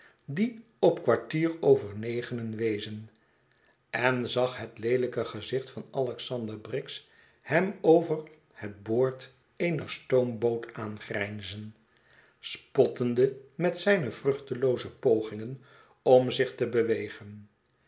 die op kwartier over nefenen wezen en zag het leelijke gezicht van iexander briggs hem over het boord eener stoomboot aangrijnzen spottende met zijne vruchtelooze pogingen om zich te bewegen